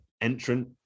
entrant